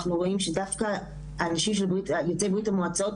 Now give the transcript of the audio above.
רואים שדווקא האנשים יוצאי ברית המועצות,